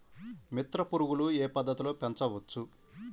మిత్ర పురుగులు ఏ పద్దతిలో పెంచవచ్చు?